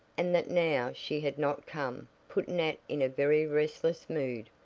and that now she had not come put nat in a very restless mood,